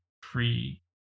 Free